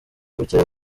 bucye